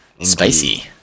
Spicy